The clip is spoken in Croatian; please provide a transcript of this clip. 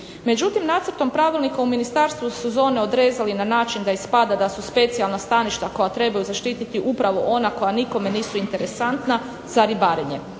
Međutim, nacrtom pravilnika u ministarstvu su zone odrezali na način da ispada da su specijalna staništa koja trebaju zaštiti upravo ona koja nikome nisu interesantna za ribarenje.